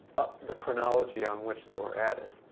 the chronology on which they were added.